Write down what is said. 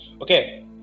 Okay